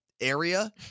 area